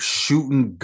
shooting